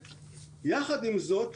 ש"יחד עם זאת,